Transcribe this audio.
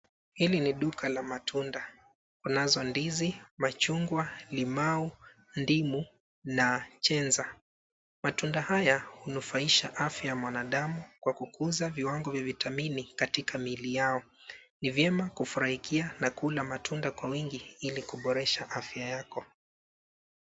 Hili ni duka la matunda, kunazo ndizi, machungwa, limau ndimu na chenza. Matunda haya hunufaisha afya ya mwanadamu kwa kukuza viwango vya vitamini katika miili yao. Ni vyema kufurahia na kula matunda kwa wingi ili kuboresha afya yako.